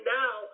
now